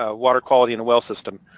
ah water quality in a well system.